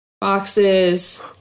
boxes